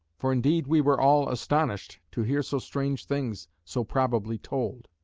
for indeed we were all astonished to hear so strange things so probably told.